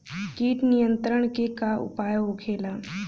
कीट नियंत्रण के का उपाय होखेला?